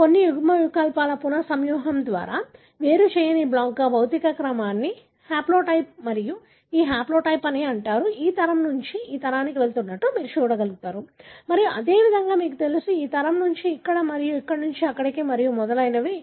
కొన్ని యుగ్మవికల్పాల పునఃసంయోగం ద్వారా వేరు చేయని బ్లాక్గా భౌతిక క్రమాన్ని హాప్లోటైప్ మరియు ఈ హాప్లోటైప్ అంటారు ఈ తరం నుండి ఈ తరానికి వెళుతున్నట్లు మీరు చూడగలరు మరియు అదేవిధంగా మీకు తెలుసు ఈ తరం నుండి ఇక్కడికి మరియు ఇక్కడ నుండి ఇక్కడికి మరియు మొదలైనవి